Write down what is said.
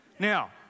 Now